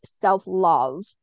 self-love